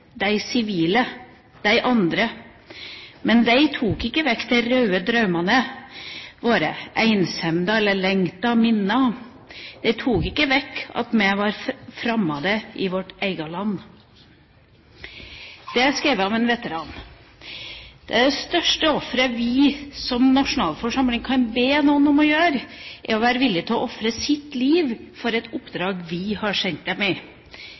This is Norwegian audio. dei, dei sivile, dei andre. Men dei tok ikkje vekk dei raude draumane våre, einsemda eller lengten, minna. Dei tok ikkje vekk at me var framande i vårt eige land». Det er skrevet av en veteran. Det største offeret vi som nasjonalforsamling kan be noen om å gjøre, er å være villig til å ofre sitt liv for et oppdrag vi har